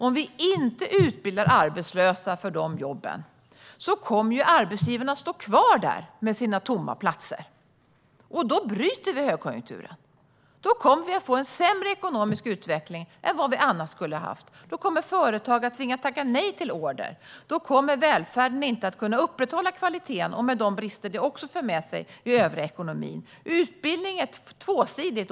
Om vi inte utbildar arbetslösa för dessa jobb kommer arbetsgivaren att stå kvar med sina tomma platser. Då bryter vi högkonjunkturen, och vi kommer att få en sämre ekonomisk utveckling än vad vi annars skulle ha haft. Företag kommer att tvingas tacka nej till order, och välfärden kommer inte att kunna upprätthålla kvaliteten. Det för också med sig brister i den övriga ekonomin. Utbildning är tvåsidigt.